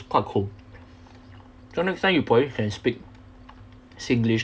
quite cool so next time you probably can speak singlish